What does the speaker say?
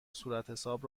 صورتحساب